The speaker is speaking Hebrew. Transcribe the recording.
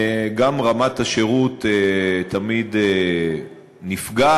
גם רמת השירות תמיד נפגעת,